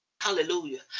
Hallelujah